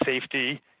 safety